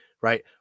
right